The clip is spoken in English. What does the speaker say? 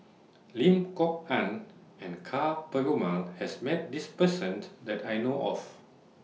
Lim Kok Ann and Ka Perumal has Met This Person that I know of